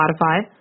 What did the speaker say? Spotify